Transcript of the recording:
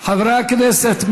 חברי הכנסת,